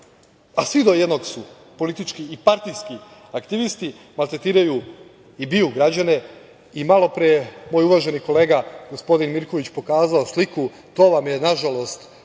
a svi do jednog su politički i partijski aktivisti, maltretiraju i biju građane. Malopre je moj uvaženi kolega, gospodin Mirković pokazao sliku. To vam je, nažalost,